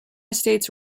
estates